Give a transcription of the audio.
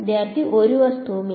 വിദ്യാർത്ഥി ഒരു വസ്തുവും ഇല്ല